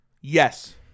Yes